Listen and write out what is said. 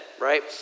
right